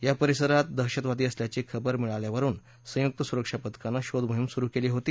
या परिसरात दहशतवादी असल्याची खबर मिळाल्यावरुन संयुक्त सुरक्षा पथकानं शोध मोहिम सुरु केली होती